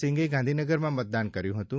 સિંઘે ગાંધીનગરમાં મતદાન કર્યું હતું